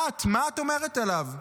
את, מה את אומרת עליו?